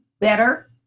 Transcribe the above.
better